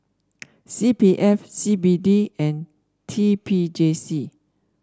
C P F C B D and T P J C